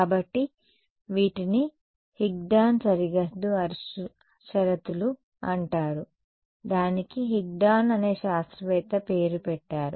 కాబట్టి వీటిని హిగ్డాన్ సరిహద్దు షరతులు అంటారు దానికి హిగ్డాన్ అనే శాస్త్రవేత్త పేరు పెట్టారు